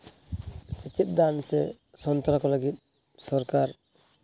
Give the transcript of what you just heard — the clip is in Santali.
ᱥᱮᱪᱮᱫ ᱫᱟᱱ ᱥᱮ ᱥᱚᱱᱛᱚᱨ ᱠᱚ ᱞᱟᱹᱜᱤᱫ ᱥᱚᱨᱠᱟᱨ